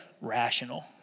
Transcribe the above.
Rational